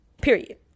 Period